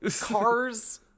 Cars